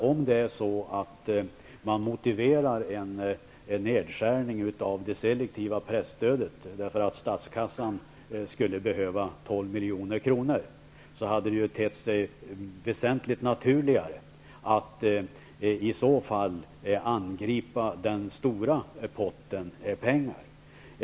Om en nedskärning av det selektiva presstödet motiveras med att statskassan behöver 12 milj.kr., hade det tett sig naturligare att angripa den stora potten med pengar.